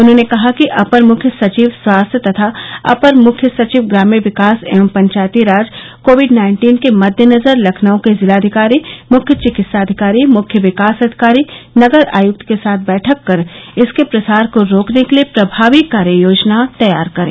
उन्होंने कहा कि अपर मुख्य सचिव स्वास्थ्य तथा अपर मुख्य सचिव ग्राम्य विकास एवं पंचायतीराज कोविड नाइन्टीन के मद्देनजर लखनऊ के जिलाधिकारी मुख्य चिकित्सा अधिकारी मुख्य विकास अधिकारी नगर आयक्त आदि के साथ बैठक कर इसके प्रसार को रोकने के लिए प्रभावी कार्य योजना तैयार करें